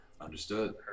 understood